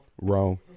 wrong